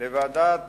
לוועדת